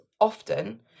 often